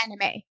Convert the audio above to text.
Anime